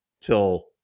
till